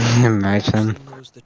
Imagine